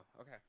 okay